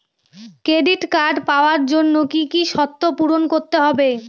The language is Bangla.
ক্রেডিট কার্ড পাওয়ার জন্য কি কি শর্ত পূরণ করতে হবে?